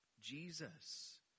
Jesus